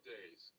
Days